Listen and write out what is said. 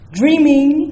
dreaming